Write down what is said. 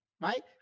right